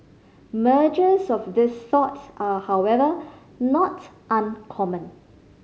mergers of this sort are however not uncommon